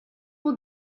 will